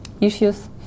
issues